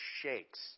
shakes